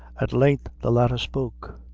at length the latter spoke.